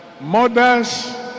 mothers